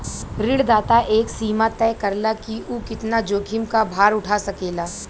ऋणदाता एक सीमा तय करला कि उ कितना जोखिम क भार उठा सकेला